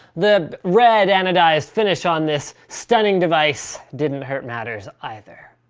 the red anodized finish on this stunning device didn't hurt matters either.